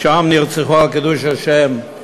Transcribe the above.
שם נרצחו על קידוש השם,